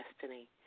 destiny